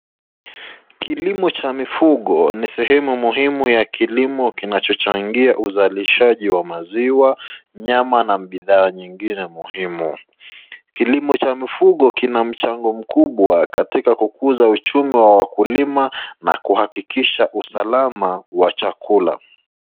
Kilimo cha mifugo ni sehemu muhimu ya kilimo kinachochangia uzalishaji wa maziwa, nyama na bidhaa nyingine muhimu. Kilimo cha mifugo kina mchango mkubwa katika kukuza uchumi wa wakulima na kuhakikisha usalama wa chakula.